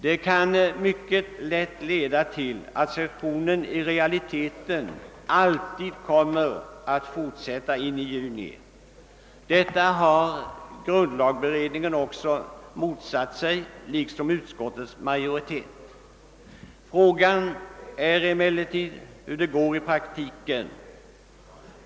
Det kan mycket lätt leda till att sessionen i realiteten alltid kommer att fortsätta in i juni. Detta har också grunidlagberedningen motsatt sig liksom även utskottets majoritet. Frågan är emellertid hur det kommer att gå i praktiken.